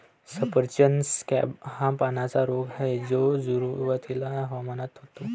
सफरचंद स्कॅब हा पानांचा रोग आहे जो सुरुवातीच्या हवामानात होतो